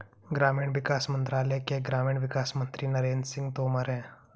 ग्रामीण विकास मंत्रालय के ग्रामीण विकास मंत्री नरेंद्र सिंह तोमर है